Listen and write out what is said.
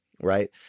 right